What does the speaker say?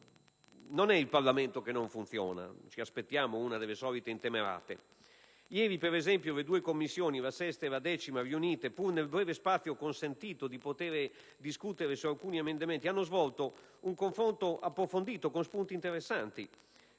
Non è il Parlamento che non funziona (ci aspettiamo una delle solite intemerate): ieri, ad esempio, la 6a e la 10a Commissione riunite, pur nel breve spazio consentito per poter discutere su alcuni emendamenti, hanno svolto un confronto approfondito, con spunti interessanti.